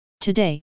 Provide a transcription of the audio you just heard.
Today